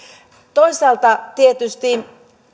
toisaalta tietysti